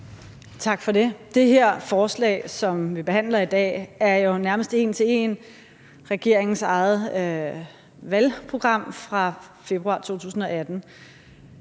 Tak for det. Det her forslag, som vi behandler i dag, er jo nærmest en til en regeringens eget valgprogram fra februar 2018.